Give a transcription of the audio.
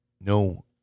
no